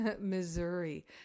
Missouri